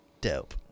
dope